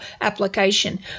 application